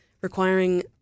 requiring